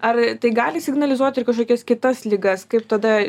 ar tai gali signalizuot ir kažkokias kitas ligas kaip tada